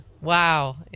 wow